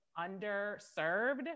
underserved